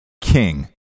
king